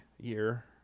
year